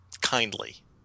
kindly